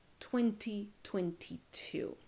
2022